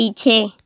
पीछे